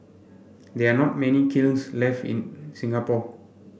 there are not many kilns left in Singapore